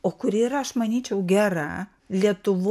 o kuri yra aš manyčiau gera lietuvo